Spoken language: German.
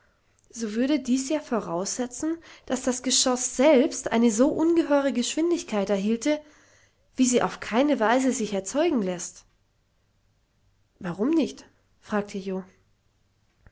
so würde dies ja voraussetzen daß das geschoß selbst eine so ungeheure geschwindigkeit erhielte wie sie auf keine weise sich erzeugen läßt warum nicht fragte